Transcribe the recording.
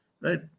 right